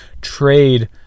trade